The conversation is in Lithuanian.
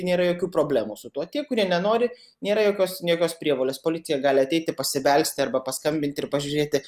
nėra jokių problemų su tuo tie kurie nenori nėra jokios jokios prievolės policija gali ateiti pasibelsti arba paskambinti ir pažiūrėti